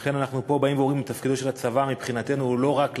ולכן אנחנו פה אומרים שתפקידו של הצבא מבחינתנו הוא לא רק להגן,